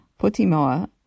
Putimoa